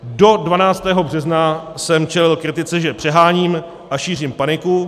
Do 12. března jsem čelil kritice, že přeháním a šířím paniku.